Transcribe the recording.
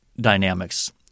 dynamics